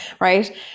right